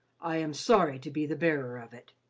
i am sorry to be the bearer of it.